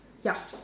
yup